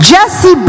Jesse